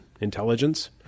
intelligence